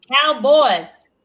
Cowboys